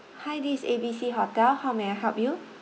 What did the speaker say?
hi this is A B C hotel how may I help you